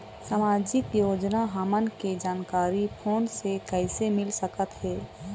सामाजिक योजना हमन के जानकारी फोन से कइसे मिल सकत हे?